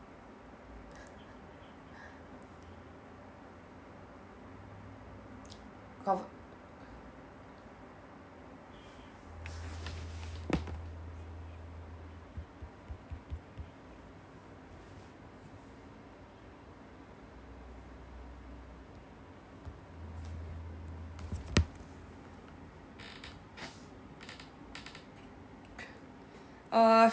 cov~ err